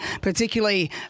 particularly